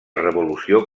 revolució